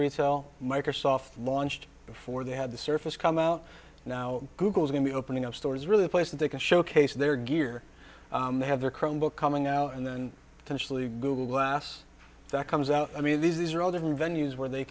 retail microsoft launched before they had the surface come out now google is going to be opening up stores really a place that they can showcase their gear they have their chrome book coming out and then potentially google glass that comes out i mean these are all different venues where they